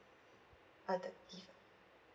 uh the gift